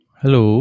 hello